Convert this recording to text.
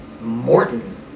Morton